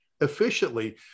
efficiently